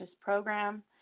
program